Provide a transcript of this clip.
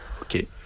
okay